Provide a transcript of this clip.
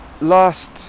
last